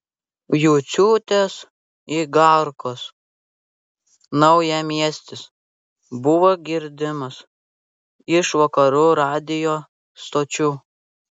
juciūtės igarkos naujamiestis buvo girdimas iš vakarų radijo stočių